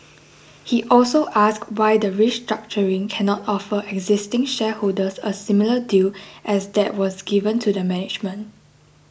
he also asked why the restructuring cannot offer existing shareholders a similar deal as that was given to the management